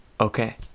Okay